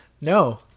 No